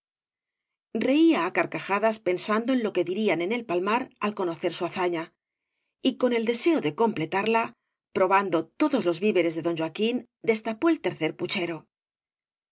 reía á carcajadas pensando en lo que dirían en el palmar al conocer bu hazaña y con el deseo de completarla probando todos los víveres de don joaquín destapó el tercer puchero